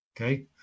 Okay